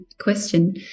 question